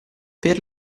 per